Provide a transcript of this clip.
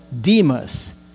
Demas